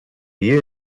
you